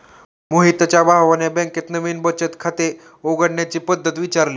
मोहितच्या भावाने बँकेत नवीन बचत खाते उघडण्याची पद्धत विचारली